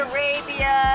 Arabia